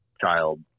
child